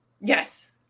Yes